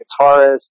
guitarist